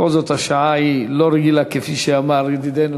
בכל זאת, השעה לא רגילה, כפי שאמר ידידנו